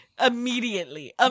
immediately